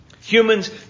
Humans